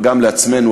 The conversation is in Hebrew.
וגם לעצמנו,